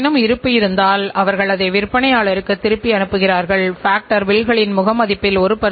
உங்கள் சேவைகள் அல்லது தயாரிப்புகளின் விலை செலவுக்கு சமமாக இருக்க வேண்டும்